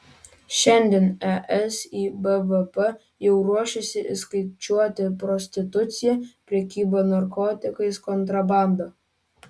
šiandien es į bvp jau ruošiasi įskaičiuoti prostituciją prekybą narkotikais kontrabandą